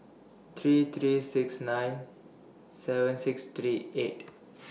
three three six nine seven six three eight